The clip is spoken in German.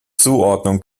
zuordnung